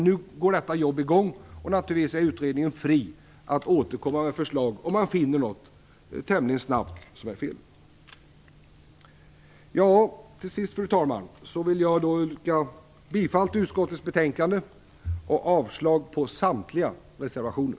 Nu sätter arbetet i gång. Utredningen är naturligtvis fri att återkomma med förslag om man tämligen snabbt finner något som är fel. Till sist, fru talman, yrkar jag bifall till utskottets hemställan och avslag på samtliga reservationer.